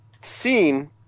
scene